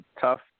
tough